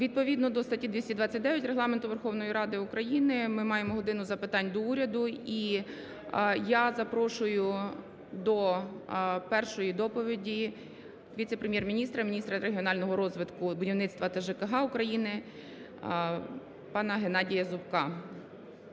Відповідно до статті 229 Регламенту Верховної Ради України ми маємо "годину запитань до Уряду". І я запрошую до першої доповіді віце-прем'єр-міністра - міністра регіонального розвитку, будівництва та ЖКГ України пана Геннадія Зубка.